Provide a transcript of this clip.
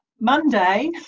Monday